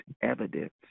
evidence